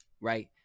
right